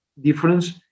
difference